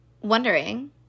wondering